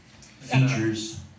features